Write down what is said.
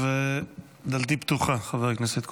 ודלתי פתוחה, חבר הכנסת כהן.